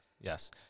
Yes